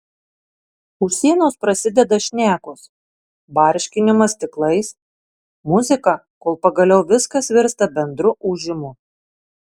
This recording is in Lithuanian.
už sienos prasideda šnekos barškinimas stiklais muzika kol pagaliau viskas virsta bendru ūžimu